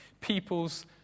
people's